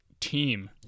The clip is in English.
team